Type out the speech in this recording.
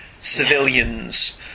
civilians